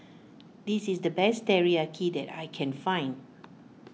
this is the best Teriyaki that I can find